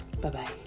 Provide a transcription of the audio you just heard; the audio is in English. Bye-bye